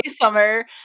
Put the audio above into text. Summer